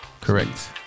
Correct